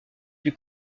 plus